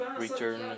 return